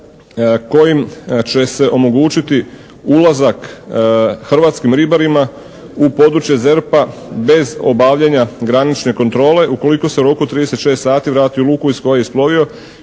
kojim će se omogućiti ulazak hrvatskim ribarima u područje ZERP-a bez obavljanja granične kontrole ukoliko se u roku od 36 sati vrati u luku iz koje je isplovio